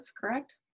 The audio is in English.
correct